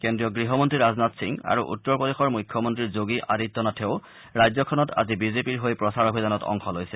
কেন্দ্ৰীয় গৃহমন্ত্ৰী ৰাজনাথ সিং আৰু উত্তৰ প্ৰদেশৰ মুখ্যমন্ত্ৰী যোগী আদিত্যনাথেও ৰাজ্যখনত আজি বিজেপিৰ হৈ প্ৰচাৰ অভিযানত অংশ লৈছে